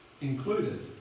included